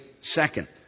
second